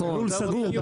הלול סגור.